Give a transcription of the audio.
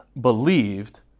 believed